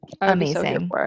Amazing